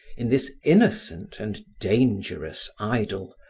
in this innocent and dangerous idol,